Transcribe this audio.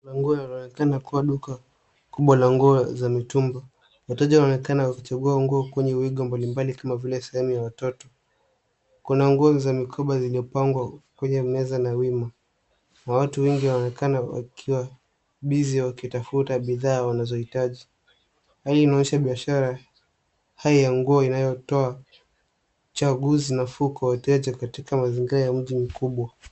Maeneo yanaonekana kuwa duka kubwa la nguo za mitumbaa. Wateja wanaonekana wakichagua nguo kwenye wigo mbalimbali kama vile sehemu ya watoto. Kuna nguo za mikoba zilizopangwa kwenye meza na wima. Watu wengi wamekaa wakiwa busy wakitafuta bidhaa wanazohitaji .Hali inaonyesha biashara hai ya nguo inayotao uchaguzi na fuko wateja katika mazingira ya mji mkubwa.